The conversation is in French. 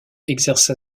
exerça